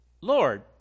Lord